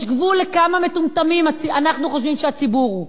יש גבול ל"כמה מטומטמים אנחנו חושבים שהציבור הוא".